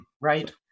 Right